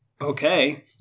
okay